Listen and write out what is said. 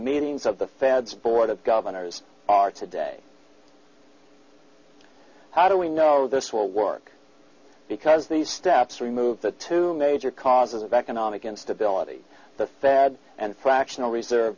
meetings of the fed's board of governors are today how do we know this will work because these steps remove the two major causes of economic instability the fed and fractional reserve